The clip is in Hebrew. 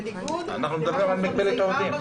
אנחנו מדברים על מגבלת העובדים.